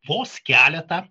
vos keletą